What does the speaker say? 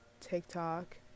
tiktok